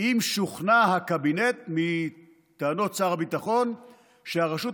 אם שוכנע הקבינט מטענות שר הביטחון שהרשות